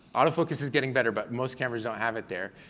autofocus is getting better, but most cameras don't have it there,